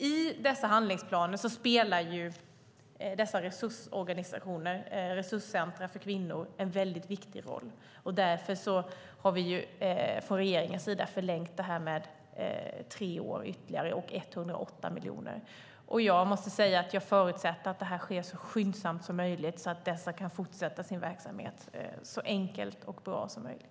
I dessa handlingsplaner spelar ju dessa resursorganisationer, resurscentrum för kvinnor, en väldigt viktig roll. Därför har vi från regeringens sida förlängt detta med tre år ytterligare och 108 miljoner. Jag måste säga att jag förutsätter att det här sker så skyndsamt som möjligt så att dessa kan fortsätta sin verksamhet så enkelt och bra som möjligt.